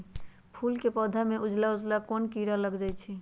फूल के पौधा में उजला उजला कोन किरा लग जई छइ?